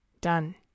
done